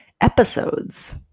Episodes